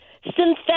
synthetic